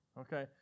okay